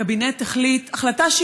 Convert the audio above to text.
הקבינט החליט החלטה,